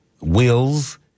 wills